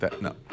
No